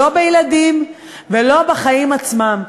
לא בילדים ולא בחיים עצמם.